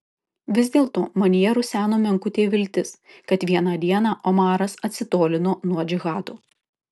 vis dėlto manyje ruseno menkutė viltis kad vieną dieną omaras atsitolino nuo džihado